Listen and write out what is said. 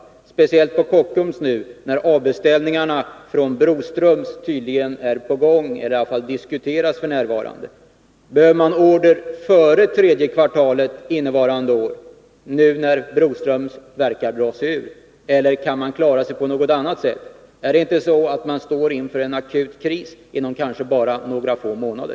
Min fråga gäller speciellt Kockums, eftersom avbeställningarna ' från Broströms tydligen är aktuella eller i varje fall diskuteras f. n. Behöver man, nu när Broströms verkar dra sig ur, order före tredje kvartalet innevarande år, eller kan man klara sig på något annat sätt? Står man inte inför en akut kris inom bara några få månader?